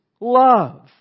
love